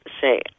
say